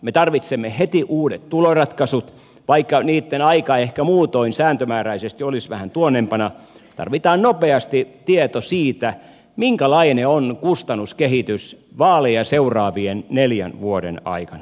me tarvitsemme heti uudet tuloratkaisut vaikka niitten aika ehkä muutoin sääntömääräisesti olisi vähän tuonnempana tarvitaan nopeasti tieto siitä minkälainen on kustannuskehitys vaaleja seuraavien neljän vuoden aikana